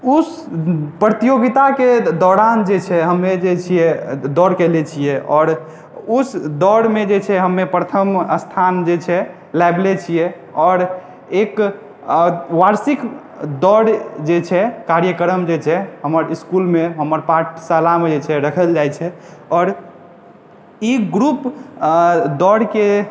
उस प्रतियोगिता के दौरान जे छै हमे जे छियै दौड़ केले छियै आओर उस दौड़ मे जे छै हम्मे प्रथम स्थान जे छै आनले छियै आओर एक वार्षिक दौड़ जे छै कार्यक्रम जे छै हमर इसकुलमे हमर पाठशालामे जे छै राखल जाइ छै आओर ई ग्रुप दौड़ के